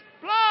blood